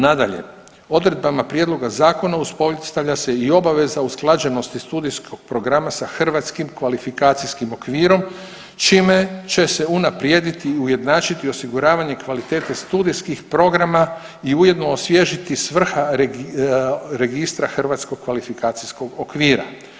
Nadalje, odredbama prijedloga zakona uspostavlja se i obveza usklađenosti studijskog programa sa hrvatskih kvalifikacijskim okvirom čime će se unaprijediti i ujednačiti osiguravanje kvalitete studijskih programa i ujedno osvježiti svrha registra hrvatskog kvalifikacijskog okvira.